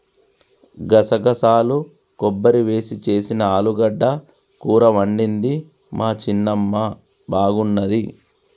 గసగసాలు కొబ్బరి వేసి చేసిన ఆలుగడ్డ కూర వండింది మా చిన్నమ్మ బాగున్నది